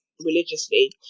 religiously